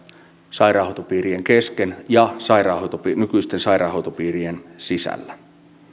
sairaanhoitopiirien kesken ja nykyisten sairaanhoitopiirien sisällä